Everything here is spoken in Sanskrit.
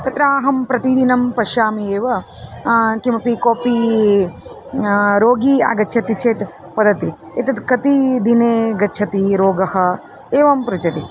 तत्र अहं प्रतिदिनं पश्यामि एव किमपि कोपि रोगी आगच्छति चेत् वदति एतत् कति दिने गच्छति रोगः एवं पृच्छति